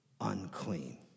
unclean